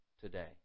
today